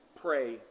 pray